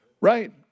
Right